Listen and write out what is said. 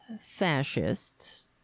fascists